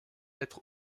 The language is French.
être